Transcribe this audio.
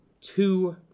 two